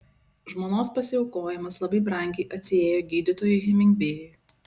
žmonos pasiaukojimas labai brangiai atsiėjo gydytojui hemingvėjui